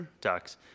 ducks